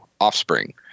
offspring